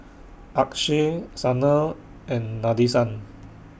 Akshay Sanal and Nadesan